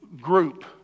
group